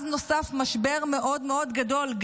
אז נוסף משבר מאוד גדול,